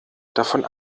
davon